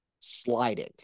sliding